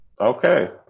Okay